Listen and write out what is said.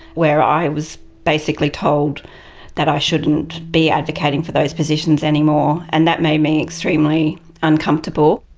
where i was basically told that i shouldn't be advocating for those positions anymore. and that made me extremely uncomfortable.